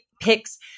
picks